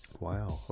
Wow